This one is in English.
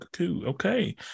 Okay